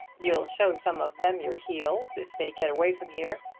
you'll show some of them your heels if they get away from here.